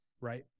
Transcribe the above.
right